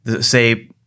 Say